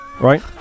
Right